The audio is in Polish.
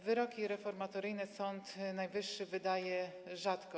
Wyroki reformatoryjne Sąd Najwyższy wydaje rzadko.